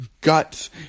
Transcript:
guts